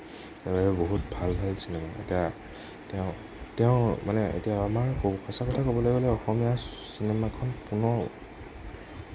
তেৱেই বহুত ভাল ভাল চিনেমা এতিয়া তেওঁ তেওঁৰ মানে এতিয়া আমাৰ সঁচা কথা ক'বলৈ গ'লে অসমীয়া চিনেমাখন পুনৰ